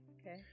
okay